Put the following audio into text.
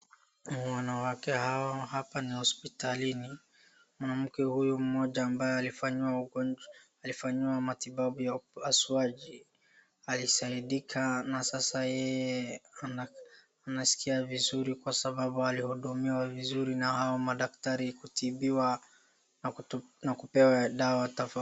Wanawake hawa hapa ni hospitalini ,mwanamke huyu mmoja ambaye alifanyiwa matibabu ya upasuaji ,alisaidika na sasa yeye anaskia vizuri kwa sababu alihudumiwa vizuri na hawa mdaktari kutibiwa na kupewa dawa tofauti.